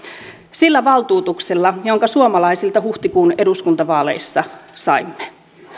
sillä valtuutuksella jonka suomalaisilta huhtikuun eduskuntavaaleissa saimme